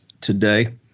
today